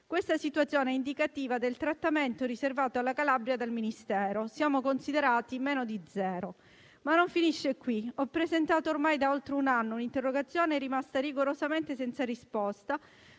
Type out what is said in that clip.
Questa situazione è indicativa del trattamento riservato alla Calabria dal Ministero: siamo considerati meno di zero. Ma non finisce qui. Ho presentato ormai da oltre un anno un'interrogazione rimasta rigorosamente senza risposta